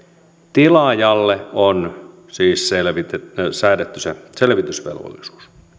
tilaajalle on siis säädetty selvitysvelvollisuus